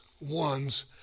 ones